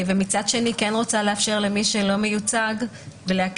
מצד שני אני כן רוצה לאפשר למי שלא מיוצג ולהקל